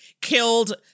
killed